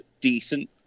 decent